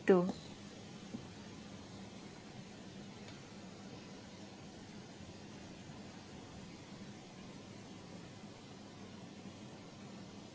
two